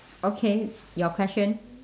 okay your question